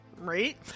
Right